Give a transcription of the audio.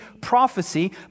prophecy